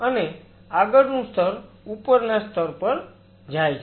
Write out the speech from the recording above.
અને આગળનું સ્તર ઉપરના સ્તર પર જાય છે